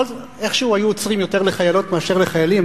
איכשהו היו עוצרים לחיילות יותר מאשר לחיילים,